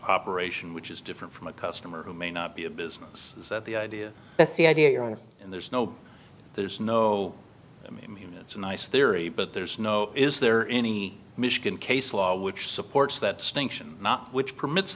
operation which is different from a customer who may not be a business is that the idea that's the idea or there's no there's no i mean it's a nice theory but there's no is there any michigan case law which supports that stinks not which permits